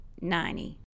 ninety